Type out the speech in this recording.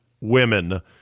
women